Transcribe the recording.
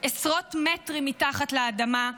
עשרות מטרים מתחת לאדמה,